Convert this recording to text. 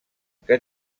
que